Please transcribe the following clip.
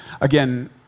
again